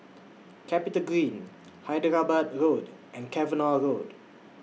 Capitagreen Hyderabad Road and Cavenagh Road